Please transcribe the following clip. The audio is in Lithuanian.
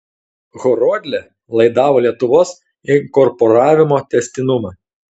horodlė laidavo lietuvos inkorporavimo tęstinumą